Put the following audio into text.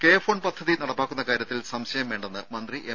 K FON പദ്ധതി നടപ്പാക്കുന്ന കാര്യത്തിൽ സംശയം വേണ്ടെന്ന് മന്ത്രി എം